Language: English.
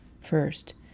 first